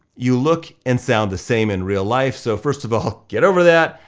you look and sound the same in real life, so first of all, get over that,